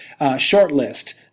shortlist